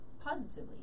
positively